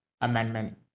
amendment